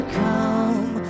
come